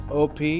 op